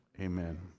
Amen